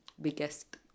biggest